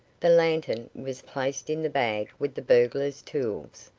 the lantern was placed in the bag with the burglars' tools,